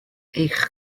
eich